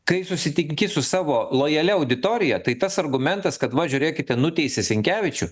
kai susitinki su savo lojalia auditorija tai tas argumentas kad va žiūrėkite nuteisė sinkevičių